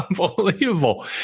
unbelievable